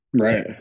Right